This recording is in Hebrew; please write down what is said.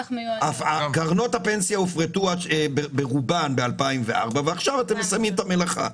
קרנות הפנסיה הופרטו ברובן ב-2004 ועכשיו אתם מסיימים את המלאכה.